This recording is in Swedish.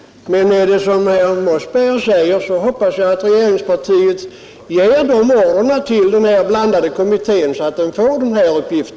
Men är det som herr Mossberger säger, så hoppas jag att regeringen ger sådana order till den blandade kommittén att den får denna uppgift.